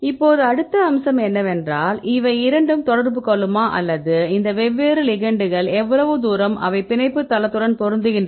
இப்போது அடுத்த அம்சம் என்னவென்றால் இவை இரண்டும் தொடர்பு கொள்ளுமா அல்லது இந்த வெவ்வேறு லிகெெண்டுகள் எவ்வளவு தூரம் அவை பிணைப்பு தளத்துடன் பொருந்துகின்றன